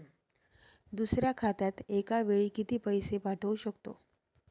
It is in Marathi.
दुसऱ्या खात्यात एका वेळी किती पैसे पाठवू शकतो?